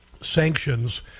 sanctions